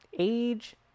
Age